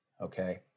okay